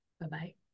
Bye-bye